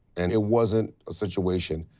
and it wasn't a situation.